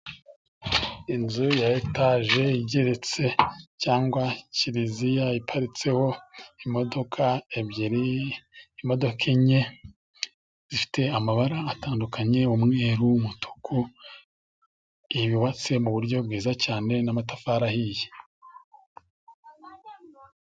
Inzu ya etaje igeretse cyangwa kiliziya iparitseho imodoka ebyiri, imodoka enye; zifite amabara atandukanye umweru w'umutuku yubatse mu buryo bwiza cyane n'amatafari ahiye.